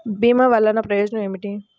భీమ వల్లన ప్రయోజనం ఏమిటి?